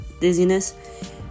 dizziness